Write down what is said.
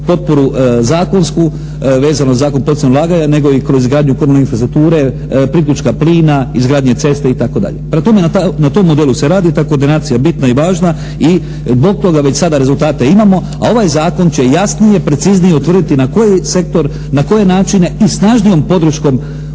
potporu zakonsku vezano za Zakon o poticajima Vlade nego i kroz izgradnju komunalne infrastrukture, priključka plina, izgradnje ceste itd. Prema tome na tom modelu se radi, ta koordinacija je bitna i važna i zbog toga već sada rezultate imamo, a ovaj zakon će jasnije i preciznije utvrditi na koji sektor, na koje načine i snažnijom podrškom